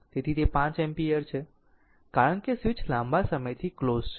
તેથી તે 5 એમ્પીયર છે કારણ કે સ્વીચ લાંબા સમયથી ક્લોઝ હતી